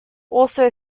also